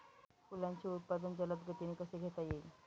फुलांचे उत्पादन जलद गतीने कसे घेता येईल?